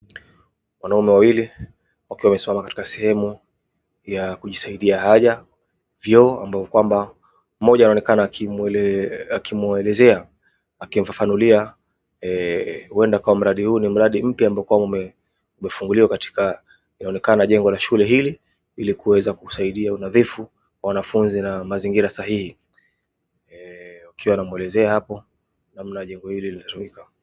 Wanaume wawili wakiwa wamesimama katika sehemu ya kujisaidia haja vyoo ambao kwamba mmoja anaonekana akimuelezea akimfafanulia huenda ukawa mradi huu ni mradi mpya ambao kwamba umefunguliwa katika jengo inaonekana la shule hili kuweza kusaidia unadhifu wanafunzi na mazingira sahihi akiwa anamuelezea hapo namna jengo hili linatumika.